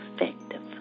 effective